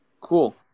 Cool